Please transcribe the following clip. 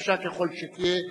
קשה ככל שתהיה.